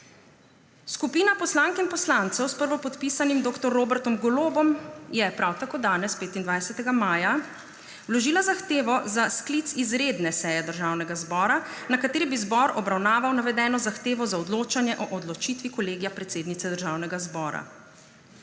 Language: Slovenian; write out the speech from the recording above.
Skupina poslank in poslancev s prvopodpisanim dr. Robertom Golobom je prav tako danes, 25. maja, vložila zahtevo za sklic izredne seje Državnega zbora, na kateri bi zbor obravnaval navedeno zahtevo za odločanje o odločitvi Kolegija predsednice Državnega zbora.